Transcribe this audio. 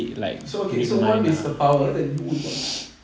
so okay so what is the power that you would want